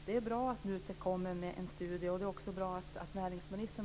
Fru talman! Jag har ingen annan uppfattning.